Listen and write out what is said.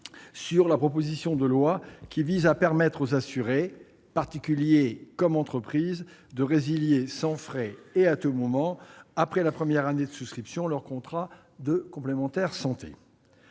sur la proposition de loi visant à permettre aux assurés, particuliers comme entreprises, de résilier sans frais et à tout moment, après la première année de souscription, leur contrat de complémentaire santé.